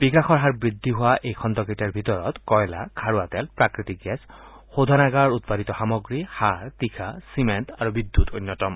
বিকাশৰ হাৰ বৃদ্ধি হোৱা এই খণ্ডকেইটাৰ ভিতৰত কয়লা খাৰুৱা তেল প্ৰাকৃতি গেছ শোধনাগাৰ উৎপাদিত সামগ্ৰী সাৰ তীখা চিমেণ্ট আৰু বিদ্যুৎ অন্যতম